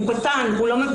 הוא קטן, הוא לא מבין".